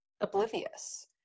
oblivious